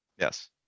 Yes